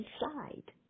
inside